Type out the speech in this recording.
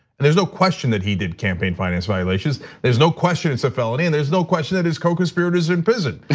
and there's no question that he did campaign finance violations. there's no question it's a felony and there's no question that his co conspirators are in prison.